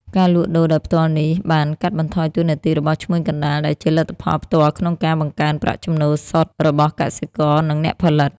ការលក់ដូរដោយផ្ទាល់នេះបាន កាត់បន្ថយតួនាទីរបស់ឈ្មួញកណ្ដាល ដែលជាលទ្ធផលផ្ទាល់ក្នុងការ បង្កើនប្រាក់ចំណូលសុទ្ធ របស់កសិករ និងអ្នកផលិត។